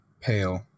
pale